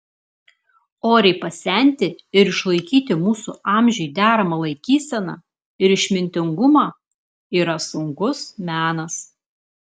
oriai pasenti ir išlaikyti mūsų amžiui deramą laikyseną ir išmintingumą yra sunkus menas